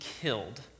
killed